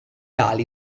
ali